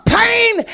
pain